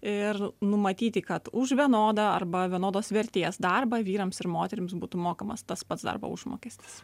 ir numatyti kad už vienodą arba vienodos vertės darbą vyrams ir moterims būtų mokamas tas pats darbo užmokestis